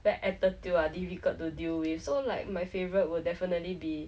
bad attitude ah difficult to deal with so like my favourite will definitely be